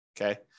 Okay